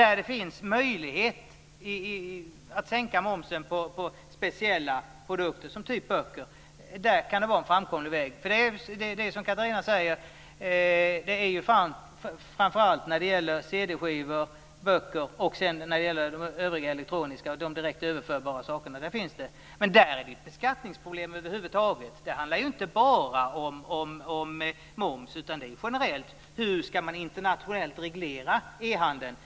Där det finns möjlighet att sänka momsen på speciella produkter, av typen böcker, kan det vara en framkomlig väg. Det är som Catharina Hagen säger. Det gäller framför cd-skivor, böcker och de övriga elektroniska, direkt överförbara, sakerna. Där finns ett beskattningsproblem över huvud taget. Det handlar inte bara om moms, utan det är ett problem rent generellt. Hur ska man internationellt reglera e-handeln?